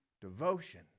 Devotion